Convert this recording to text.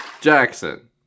Jackson